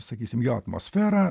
sakysim jo atmosferą